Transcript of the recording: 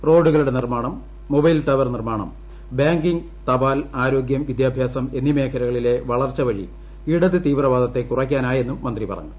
റോഡുകളുടെ നിർമ്മാണം mobile tower നിർമ്മാണം ബാങ്കിങ് തപാൽ ആരോർപ്പൂം വിദ്യാഭ്യാസം എന്നീ മേഖലകളിലെ വളർച്ച വഴി ഇടത് തീവ്രഹാദ്യത്ത് കുറയ്ക്കാനായെന്നും മന്ത്രി പറഞ്ഞു